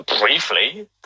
Briefly